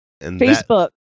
Facebook